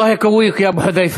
אללה ייתן לך כוח, יא אבו חדייפה.